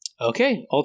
Okay